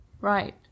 Right